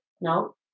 No